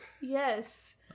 Yes